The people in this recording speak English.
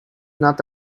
not